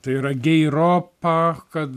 tai yra geiropa kad